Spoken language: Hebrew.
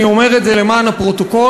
אני אומר את זה למען הפרוטוקול,